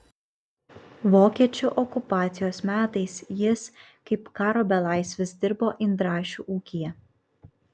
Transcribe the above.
vokiečių okupacijos metais jis kaip karo belaisvis dirbo indrašių ūkyje